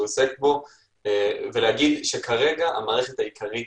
עוסק בו ולהגיד שכרגע המערכת העיקרית,